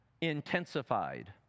intensified